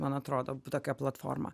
man atrodo tokia platforma